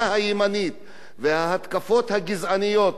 וההתקפות הגזעניות לא רק על הערבים,